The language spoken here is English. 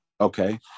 okay